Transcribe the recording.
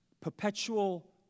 perpetual